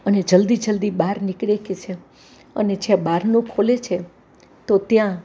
અને જલદી જલદી બહાર નીકળે છે અને જ્યાં બારણું ખોલે છે તો ત્યાં